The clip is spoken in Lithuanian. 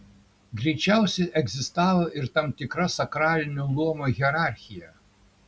greičiausiai egzistavo ir tam tikra sakralinio luomo hierarchija